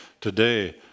today